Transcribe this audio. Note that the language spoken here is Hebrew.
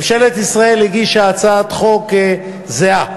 ממשלת ישראל הגישה הצעת חוק זהה,